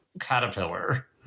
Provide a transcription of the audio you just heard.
caterpillar